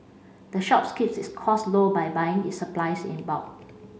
the shops keeps its costs low by buying its supplies in bulk